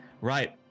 Right